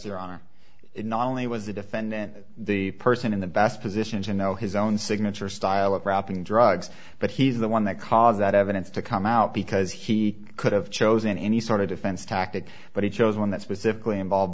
there are not only was the defendant the person in the best position to know his own signature style of rapping drugs but he's the one that caused that evidence to come out because he could have chosen any sort of defense tactic but he chose one that specifically involve